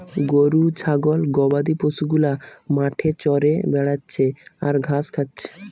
গরু ছাগল গবাদি পশু গুলা মাঠে চরে বেড়াচ্ছে আর ঘাস খাচ্ছে